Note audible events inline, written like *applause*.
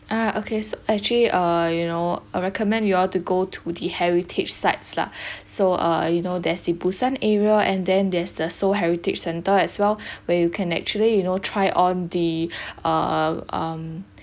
ah okay so actually uh you know I'll recommend you all to go to the heritage sites [lah]so uh you know there's the busan area and then there's the seoul heritage centre as well *breath* where you can actually you know try on the *breath* err um